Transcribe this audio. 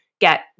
get